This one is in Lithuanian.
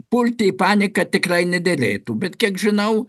pulti į paniką tikrai nederėtų bet kiek žinau